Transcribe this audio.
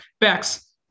Bex